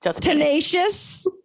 Tenacious